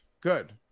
good